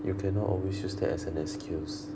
you cannot always use that as an excuse